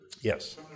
Yes